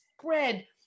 spread